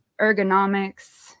ergonomics